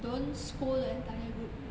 don't scold the entire group